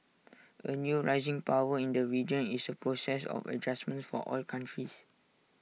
A new rising power in the region is A process of adjustment for all countries